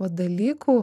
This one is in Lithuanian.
va dalykų